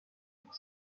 pour